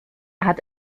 hat